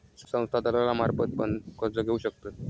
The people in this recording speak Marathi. संस्था दलालांमार्फत पण कर्ज घेऊ शकतत